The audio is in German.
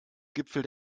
gipfel